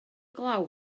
glaw